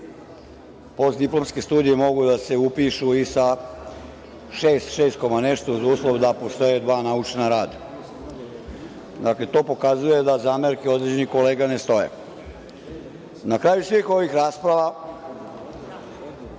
Postdiplomske studije mogu da se upišu i sa šest, šest koma nešto uz uslov da postoje dva naučna rada. Dakle, to pokazuje da zamerke određenih kolega ne stoje. Na kraju svih ovih rasprava,